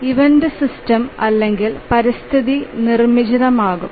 event system അല്ലെങ്കിൽ പരിസ്ഥിതി നിർമ്മിച്ചതാകാം